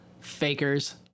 Fakers